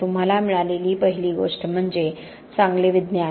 तुम्हाला मिळालेली पहिली गोष्ट म्हणजे चांगले विज्ञान